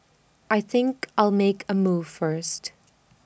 I think I'll make A move first